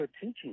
teaching